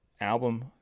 album